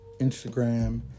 instagram